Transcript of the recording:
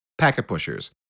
packetpushers